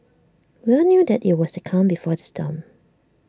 we all knew that IT was the calm before the storm